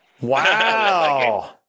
Wow